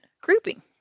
grouping